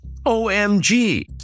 OMG